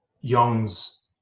Young's